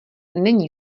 není